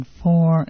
four